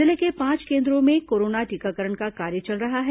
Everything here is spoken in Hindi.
जिले के पांच केन्द्रों में कोरोना टीकाकरण का कार्य चल रहा है